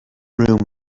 room